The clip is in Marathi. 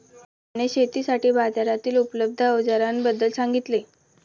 रामने शेतीसाठी बाजारातील उपलब्ध अवजारांबद्दल सांगितले